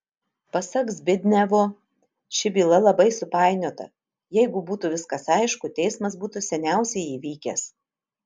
pasak zbignevo ši byla labai supainiota jeigu būtų viskas aišku teismas būtų seniausiai įvykęs